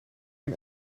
een